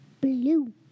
Blue